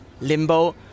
limbo